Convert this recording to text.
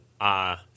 ah-